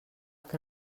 que